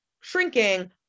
shrinking